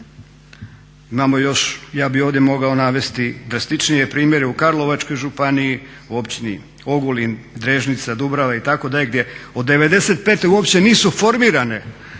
Imamo još, ja bih ovdje mogao navesti drastičnije primjere u Karlovačkoj županiji, u općini Ogulin, Drežnica, Dubrava itd. gdje od '95. uopće nisu formirane